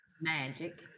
Magic